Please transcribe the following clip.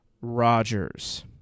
Rodgers